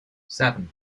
seven